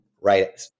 right